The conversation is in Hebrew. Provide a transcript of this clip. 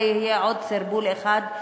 זה יהיה עוד סרבול אחד,